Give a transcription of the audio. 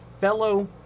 fellow